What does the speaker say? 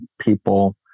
people